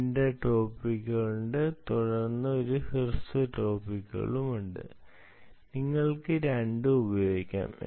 നീണ്ട ടോപ്പിക്കുകൾ ഉണ്ട് തുടർന്ന് ഒരു ഹ്രസ്വ ടോപ്പിക്കുകളുമുണ്ട് നിങ്ങൾക്ക് രണ്ടും ഉപയോഗിക്കാം